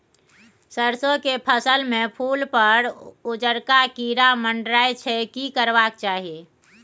सरसो के फसल में फूल पर उजरका कीरा मंडराय छै की करबाक चाही?